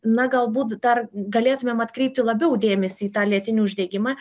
na galbūt dar galėtumėm atkreipti labiau dėmesį į tą lėtinį uždegimą